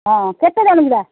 ହଁ କେତେ ଜଣ ଯିବା